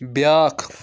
بیٛاکھ